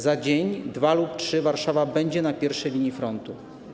Za dzień, dwa lub trzy Warszawa będzie na pierwszej linii frontu